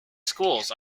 schools